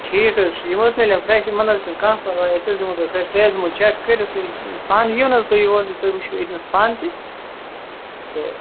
ٹھیٖک حظ چھُ یِم حظ میلن فریٚش یِمن حظ چھُنہٕ کانٛہہ پرواے أسۍ حظ دِمو تۄہہِ فریٚش تۄہہِ حظ دمو چَیٚک کٔرِتھ تۄہہِ پانہِ یِیُو نَہ حظ تُہۍ یور تہٕ تُہۍ وُچھو ییٚتِنس پانہٕ تہِ تہٕ